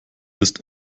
ist